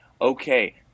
okay